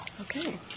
Okay